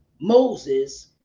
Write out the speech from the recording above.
Moses